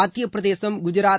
Madhya Pradesh Gujarat